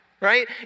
right